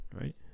right